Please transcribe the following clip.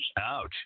ouch